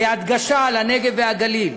בהדגשה על הנגב והגליל,